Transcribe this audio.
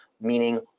meaning